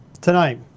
tonight